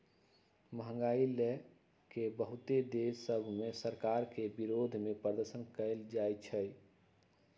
महंगाई लए के बहुते देश सभ में सरकार के विरोधमें प्रदर्शन कएल जाइ छइ